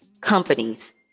companies